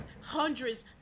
hundreds